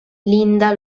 linda